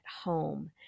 home